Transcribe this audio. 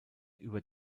über